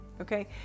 Okay